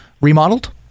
remodeled